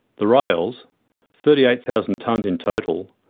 the rails thirty eight thousand tonnes in total,